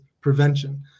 prevention